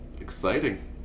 Exciting